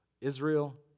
Israel